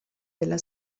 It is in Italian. della